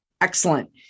Excellent